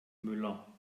müller